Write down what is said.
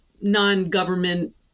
non-government